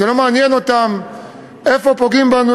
לא מעניין אותם איפה פוגעים בנו,